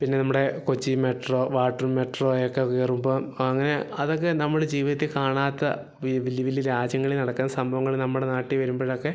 പിന്നെ നമ്മുടെ Kochi metro water മെട്രോയൊക്കെ കയറുമ്പോള് അങ്ങനെ അതൊക്കെ നമ്മുടെ ജീവിതത്തില് കാണാത്ത വലിയ വലിയ രാജ്യങ്ങളിൽ നടക്കുന്ന സംഭവങ്ങള് നമ്മുടെ നാട്ടില് വരുമ്പോഴൊക്കെ